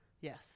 Yes